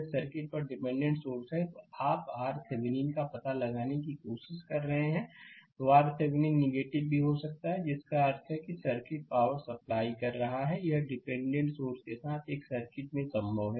यदि सर्किट पर dependent source हैं और आप RTheveninका पता लगाने की कोशिश कर रहे हैं तो RThevenin नेगेटिव भी हो सकता है जिसका अर्थ है कि सर्किट पावर सप्लाई कर रहा और यह डिपेंडेंट सोर्स के साथ एक सर्किट में संभव है